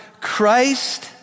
Christ